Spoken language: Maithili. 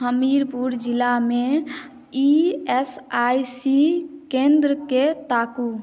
हमीरपुर जिलामे ई एस आइ सी केन्द्रके ताकू